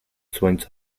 słońca